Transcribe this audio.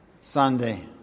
Sunday